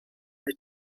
the